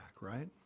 Right